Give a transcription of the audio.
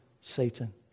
Satan